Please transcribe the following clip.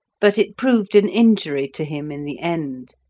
but it proved an injury to him in the end.